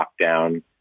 lockdown